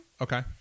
Okay